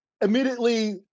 immediately